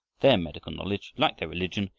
their medical knowledge, like their religion,